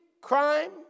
crime